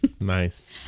Nice